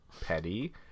petty